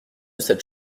cette